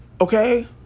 Okay